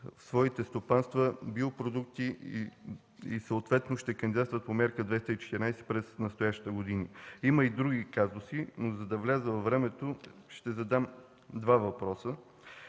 в своите стопанства биопродукти и съответно ще кандидатстват по Мярка 214 през настоящите години. Има и други казуси, но за да вляза във времето, ще задам два въпроса.